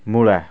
ମୂଳା